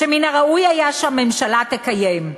שמן הראוי היה שהממשלה תקיים.